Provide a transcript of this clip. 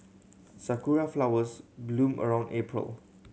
sakura flowers bloom around April